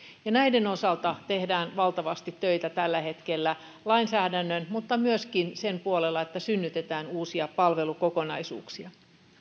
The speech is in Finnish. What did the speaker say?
näiden osalta tehdään valtavasti töitä tällä hetkellä lainsäädännön puolella mutta myöskin sen puolella että synnytetään uusia palvelukokonaisuuksia